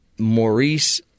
Maurice